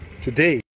today